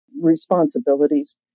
responsibilities